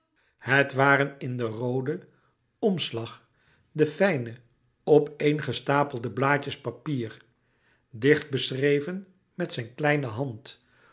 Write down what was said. het waren in den rooden omslag de fijne opeengestapelde blaadjes papier dicht beschreven met zijn kleine hand